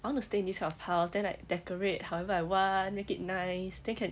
I wanna stay in these kind of house then like decorate however I want make it nice then can